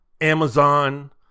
Amazon